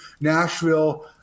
Nashville